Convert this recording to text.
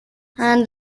and